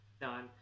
done